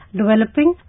developing